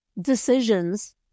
decisions